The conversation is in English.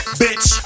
bitch